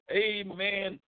amen